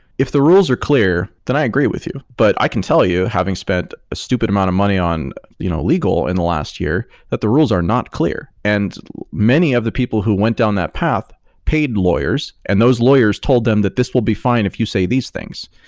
if the rules are clear, then i agree with you, but i can tell you, having spent a stupid amount of money on you know legal in the last year, that the rules are not clear, and many of the people who went down that path paid lawyers, and those lawyers told them that this will be fine if you say these things.